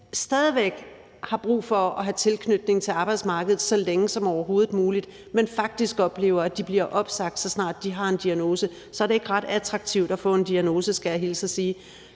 stadig væk har brug for at have tilknytning til arbejdsmarkedet så længe som overhovedet muligt. Men de oplever faktisk, at de bliver opsagt, så snart de har en diagnose. Så det er ikke ret attraktivt at få en diagnose, skal jeg hilse at sige.